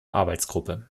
arbeitsgruppe